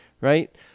Right